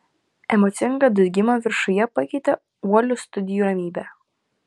emocingą dūzgimą viršuje pakeitė uolių studijų ramybė